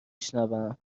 شنوم